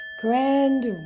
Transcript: Grand